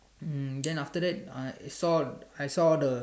um then after that I saw I saw the